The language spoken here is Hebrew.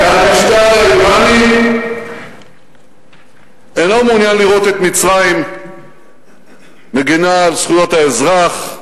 שהמשטר האירני אינו מעוניין לראות את מצרים מגינה על זכויות האזרח,